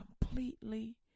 completely